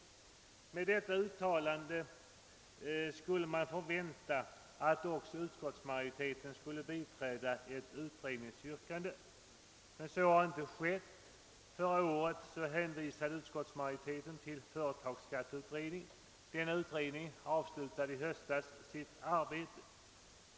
Med detta uttalande skulle vi kunna förvänta att utskottsmajoriteten skulle biträda ett utredningsyrkande. Så har inte skett. Förra året hänvisade utskottsmajoriteten till företagsskatteutredningen. Denna utredning avslutade i höstas sitt arbete.